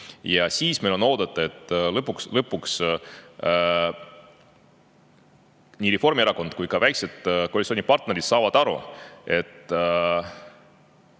ja siis on oodata, et lõpuks nii Reformierakond kui ka väiksed koalitsioonipartnerid saavad aru, et